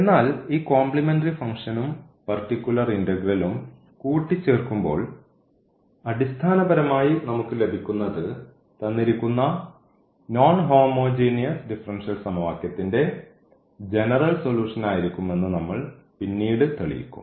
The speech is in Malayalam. എന്നാൽ ഈ കോംപ്ലിമെന്ററി ഫംഗ്ഷനും പർട്ടിക്കുലർ ഇന്റഗ്രലും കൂട്ടിച്ചേർക്കുമ്പോൾ അടിസ്ഥാനപരമായി നമുക്ക് ലഭിക്കുന്നത് തന്നിരിക്കുന്ന നോൺ ഹോമോജീനിയസ് ഡിഫറൻഷ്യൽ സമവാക്യത്തിന്റെ ജനറൽ സൊലൂഷൻ ആയിരിക്കും എന്ന് നമ്മൾ പിന്നീട് തെളിയിക്കും